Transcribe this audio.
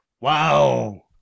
Wow